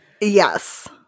Yes